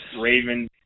Raven